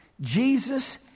Jesus